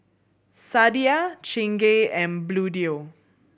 Sadia Chingay and Bluedio